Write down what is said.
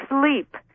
sleep